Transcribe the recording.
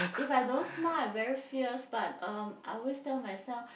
if I don't smile I very fierce but um I always tell myself